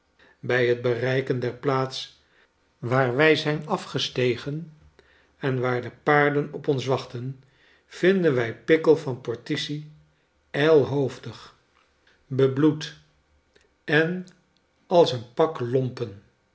bij het bereiken der plaats waar wij zijn afgestegen en waar de paarden op ons wachten vindenwij pickle vanporticiijlhoofdig bebloed en als een pak lompen